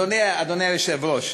אדוני, אדוני היושב-ראש,